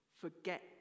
Forget